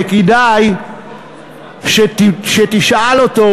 וכדאי שתשאל אותו,